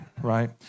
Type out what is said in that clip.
Right